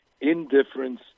indifference